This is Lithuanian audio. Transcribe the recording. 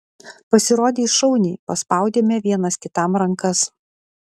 pasirodei šauniai paspaudėme vienas kitam rankas